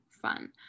fun